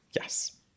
Yes